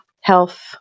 health